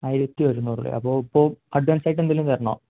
ആയിരത്തി ഒരുന്നൂറ് അല്ലേ അപ്പോൾ ഇപ്പോൾ അഡ്വാൻസായിട്ട് എന്തെങ്കിലും തരണോ